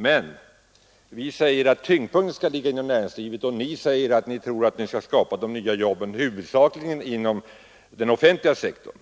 Medan vi vill att tyngdpunkten skall läggas inom näringslivet tror ni emellertid, att de nya jobben huvudsakligen skall kunna skapas inom den offentliga sektorn.